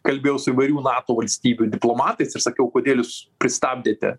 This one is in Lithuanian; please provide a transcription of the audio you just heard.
kalbėjau su įvairių nato valstybių diplomatais ir sakiau kodėl jūs pristabdėte